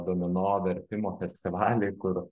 domino vertimo festivaliai kur